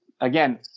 again